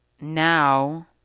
now